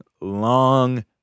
long